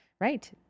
Right